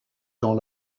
dans